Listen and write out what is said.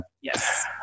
Yes